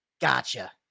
Gotcha